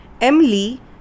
Emily